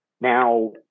Now